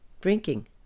drinking